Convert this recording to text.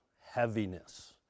heaviness